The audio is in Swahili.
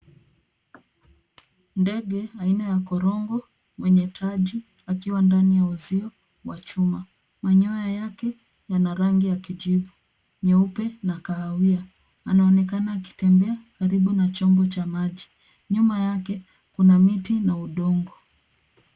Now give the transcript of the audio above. Ndege aina ya korombo mwenye taji, akiwa ndani ya uzio wa chuma. Manyoya yake yana rangi ya kijivu, nyeupe na kahawia. Anaonekana akitembea karibu na chombo cha maji. Nyuma yake kuna miti na udongo.